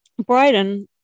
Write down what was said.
Brayden